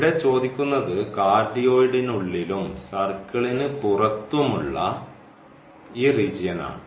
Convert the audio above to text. ഇവിടെ ചോദിക്കുന്നത് കാർഡിയോയിഡിനുള്ളിലും സർക്കിളിന് പുറത്തുമുള്ള ഈ റീജിയൻ ആണ്